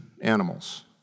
animals